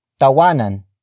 Tawanan